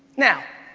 now,